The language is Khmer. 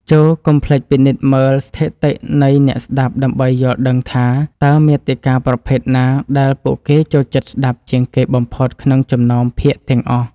ចូរកុំភ្លេចពិនិត្យមើលស្ថិតិនៃអ្នកស្តាប់ដើម្បីយល់ដឹងថា តើមាតិកាប្រភេទណាដែលពួកគេចូលចិត្តស្តាប់ជាងគេបំផុតក្នុងចំណោមភាគទាំងអស់។